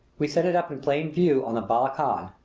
we set it up in plain view on the bala-khana,